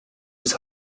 his